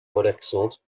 relaxante